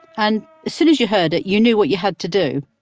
and as soon as you heard it, you knew what you had to do